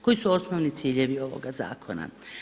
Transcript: Koji su osnovni ciljevi ovoga zakona?